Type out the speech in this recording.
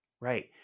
Right